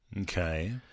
Okay